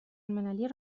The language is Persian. المللی